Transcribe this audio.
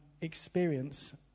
experience